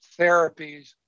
therapies